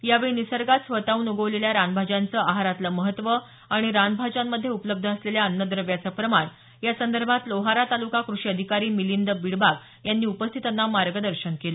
यावेळी निसर्गात स्वतःहून उगवलेल्या रानभाज्यांचं आहारातलं महत्व आणि रान भाज्यामध्ये उपलब्ध असलेल्या अन्न द्रव्याचं प्रमाण यासंदर्भात लोहारा तालुका कृषी अधिकारी मिलिंद बिडबाग यांनी उपस्थितांना मार्गदर्शन केलं